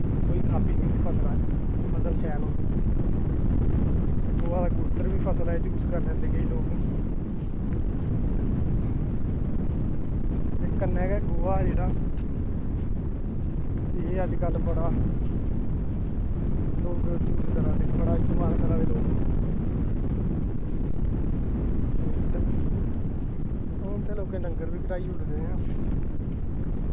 कोई खराबी निं होंदी फसला च फसल शैल होंदी ते गवा दा गुत्तर बी फसला च जूस करी लैंदे केईं लोग ते कन्नै गै गोहा जेह्ड़ा एह् अजकल्ल लोग यूस करा दे बड़ा इस्तेमाल करा दे लोग ते हून ते लोकें डंगर बी घटाई ओड़े दे